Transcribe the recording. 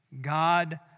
God